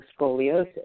scoliosis